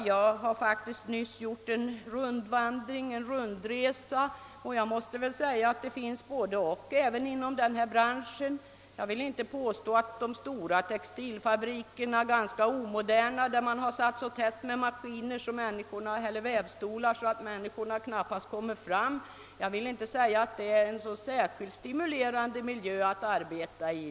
Jag har faktiskt gjort en rundresa och besökt industrier och måste säga att det finns både positivt och negativt även inom denna bransch. De stora textilfabrikerna är ganska omoderna, vävstolarna står så tätt att människorna knappast kommer fram, så jag vill inte påstå att det är någon särskilt stimulerande miljö att arbeta i.